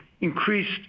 increased